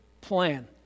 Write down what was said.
plan